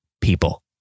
people